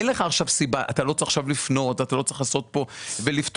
אתה לא צריך לפנות ולפתוח.